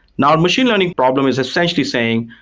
now a machine learning problem is essentially saying,